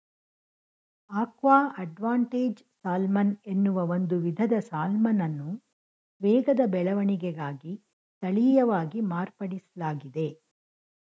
aqua advantage salmon ಎನ್ನುವ ಒಂದು ವಿಧದ ಸಾಲ್ಮನನ್ನು ವೇಗದ ಬೆಳವಣಿಗೆಗಾಗಿ ತಳೀಯವಾಗಿ ಮಾರ್ಪಡಿಸ್ಲಾಗಿದೆ